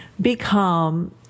become